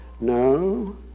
No